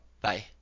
Bye